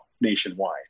nationwide